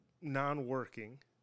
non-working